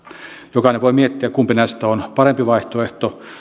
jokainen voi miettiä kumpi näistä on parempi vaihtoehto